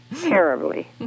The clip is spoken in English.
terribly